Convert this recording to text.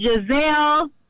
Giselle